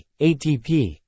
ATP